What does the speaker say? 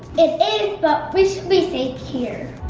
it is, but we should be safe here.